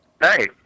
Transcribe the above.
Hey